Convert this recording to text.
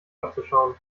abzuschauen